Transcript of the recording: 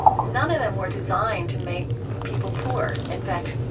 none of them were designed to make people poor. in fact,